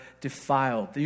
defiled